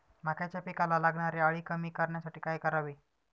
मक्याच्या पिकाला लागणारी अळी कमी करण्यासाठी काय करावे?